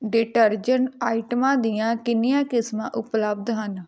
detergent ਆਈਟਮਾਂ ਦੀਆਂ ਕਿੰਨੀਆਂ ਕਿਸਮਾਂ ਉਪਲਬਧ ਹਨ